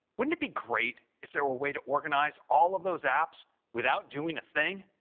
wouldn't it be great if there were a way to organize all of those apps without doing a thing?